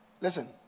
Listen